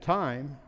time